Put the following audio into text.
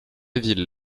ville